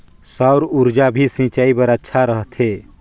सौर ऊर्जा भी सिंचाई बर अच्छा रहथे?